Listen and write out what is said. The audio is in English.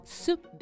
soup